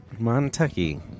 Montucky